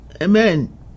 Amen